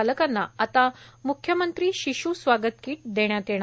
बालकांना आता मुख्यमंत्री शिश् स्वागत कीट देण्यात येणार